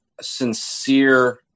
sincere